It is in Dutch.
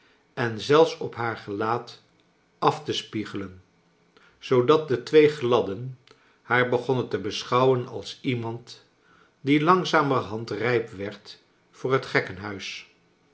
en zelfs op haar gelaat af te spiegelen zoodat de twee gladden haar begonnen te beschouwen als iemand die langzamerhand rijp werd voor het